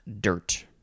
Dirt